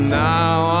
now